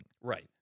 Right